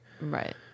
Right